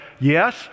yes